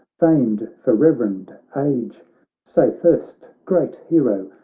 famed for reverend age say first, great hero,